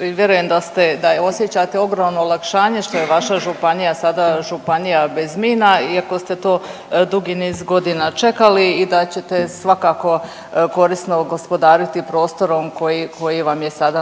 vjerujem da ste, da je osjećate ogromno olakšanje što je vaša županija sada županija bez mina iako ste to dugi niz godina čekali i da ćete svakako korisno gospodariti prostorom koji vam je sada na